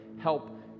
help